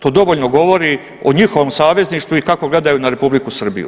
To dovoljno govori o njihovom savezništvu i kako gledaju na Republiku Srbiju.